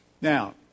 Now